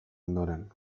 ondoren